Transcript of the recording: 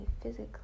physically